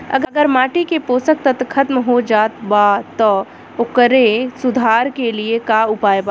अगर माटी के पोषक तत्व खत्म हो जात बा त ओकरे सुधार के लिए का उपाय बा?